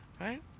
Right